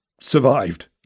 survived